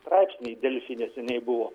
straipsnį delfi neseniai buvo